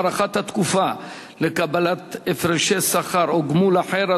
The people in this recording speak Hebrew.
הארכת התקופה לקבלת הפרשי שכר או גמול אחר),